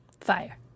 fire